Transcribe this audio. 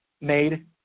made